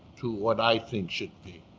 to what i think should be.